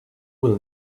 will